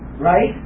Right